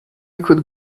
could